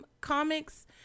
comics